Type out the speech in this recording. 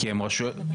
לא.